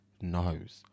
knows